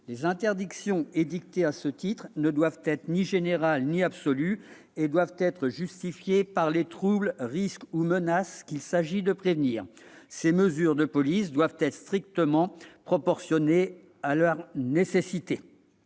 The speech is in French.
Les interdictions édictées à ce titre ne doivent être ni générales ni absolues, et doivent être justifiées par les troubles, risques ou menaces qu'il s'agit de prévenir. Ces mesures de police doivent être strictement proportionnées à leur nécessité.